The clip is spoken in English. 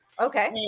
Okay